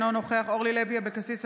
אינו נוכח אורלי לוי אבקסיס,